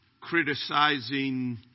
criticizing